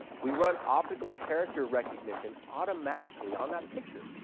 we run optical character recognition automatically on that picture.